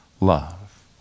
love